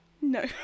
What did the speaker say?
no